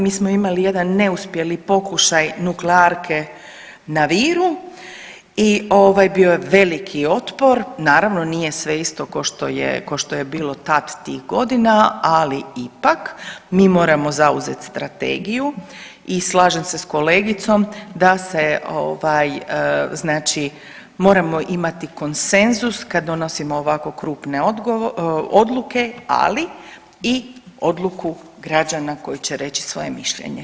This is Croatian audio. Mi smo imali jedan neuspjeli pokušaj nuklearke na Viru i ovaj bio je veliki otpor, naravno nije sve isto košto je, košto je bilo tad tih godina, ali ipak mi moramo zauzet strategiju i slažem se s kolegicom da se ovaj znači moramo imati konsenzus kad donosimo ovako krupne odluke, ali i odluku građana koji će reći svoje mišljenje.